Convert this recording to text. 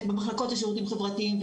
במחלקות לשירותים חברתיים,